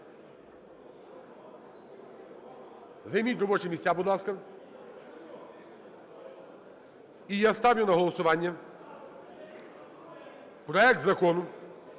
Займіть робочі місця, будь ласка. І я ставлю на голосування проект Закону